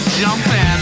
jumping